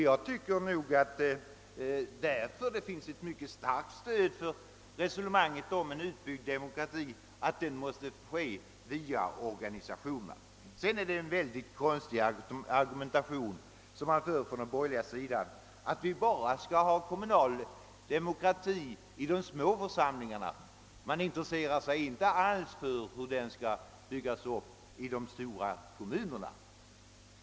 Jag tycker att det därför finns ett mycket starkt stöd för resonemanget om att utbyggnaden av demokratin måste ske via organisationerna. Sedan är det en väldigt konstig argumentation som har förts från den borgerliga sidan. Man menar att vi skall ha kommunal demokrati bara i de små församlingarna. Man intresserar sig inte alls för hur demokratin skall byggas upp i de stora kommunerna.